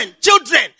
children